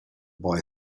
boy